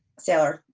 sailor.